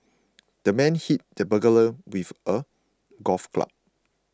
the man hit the burglar with a golf club